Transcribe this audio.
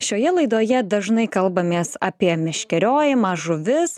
šioje laidoje dažnai kalbamės apie meškeriojimą žuvis